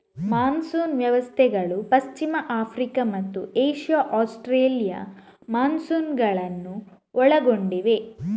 monsoon ವ್ಯವಸ್ಥೆಗಳು ಪಶ್ಚಿಮ Africa ಮತ್ತು ಏಷ್ಯಾ ಆಸ್ಟ್ರೇಲಿಯನ್ ಮಾನ್ಸೂನುಗಳನ್ನು ಒಳಗೊಂಡಿವೆ